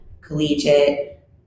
collegiate